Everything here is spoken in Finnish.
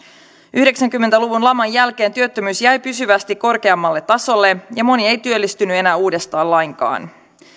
yhdeksänkymmentä luvun laman jälkeen työttömyys jäi pysyvästi korkeammalle tasolle ja moni ei työllistynyt enää uudestaan lainkaan